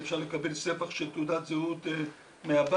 מהבית, אפשר לקבל ספח של תעודת זהות מהבית,